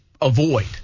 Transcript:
avoid